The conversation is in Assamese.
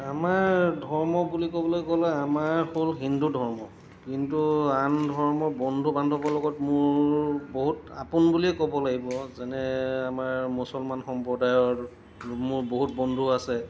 আমাৰ ধৰ্ম বুলি ক'বলৈ গ'লে আমাৰ হ'ল হিন্দু ধৰ্ম কিন্তু আন ধৰ্মৰ বন্ধু বান্ধৱৰ লগত মোৰ বহুত আপোন বুলিয়েই ক'ব লাগিব যেনে আমাৰ মুছলমান সম্প্ৰদায়ৰ মোৰ বহুত বন্ধু আছে